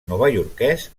novaiorquès